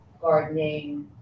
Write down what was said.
gardening